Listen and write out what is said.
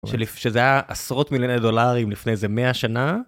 שזה היה עשרות מיליארד דולרים לפני איזה מאה שנה.